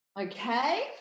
okay